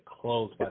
close